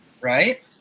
Right